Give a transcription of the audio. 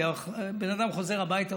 כשבן אדם חוזר הביתה,